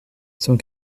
cent